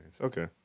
Okay